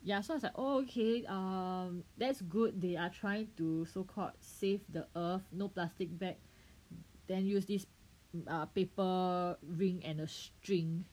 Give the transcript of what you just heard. ya so it's like oh okay um that's good they are trying to so called save the earth no plastic bag then use this in a paper ring and a string